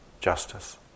justice